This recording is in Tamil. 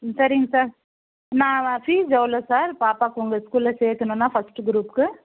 ம் சரிங்க சார் நான் ஃபீஸ் எவ்வளோ சார் பாப்பாக்கு உங்கள் ஸ்கூலில் சேர்க்கணுன்னா ஃபஸ்ட்டு குரூப்க்கு